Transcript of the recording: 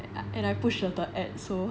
and I push the third add so